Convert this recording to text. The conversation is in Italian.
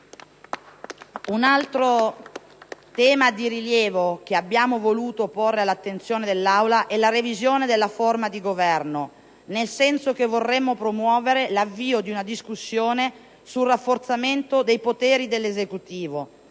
Un altro tema di rilievo, che abbiamo voluto porre all'attenzione dell'Assemblea, è la revisione della forma di Governo, nel senso che vorremmo promuovere l'avvio di una discussione su un rafforzamento dei poteri dell'Esecutivo,